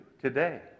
today